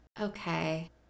okay